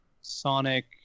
Sonic